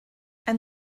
and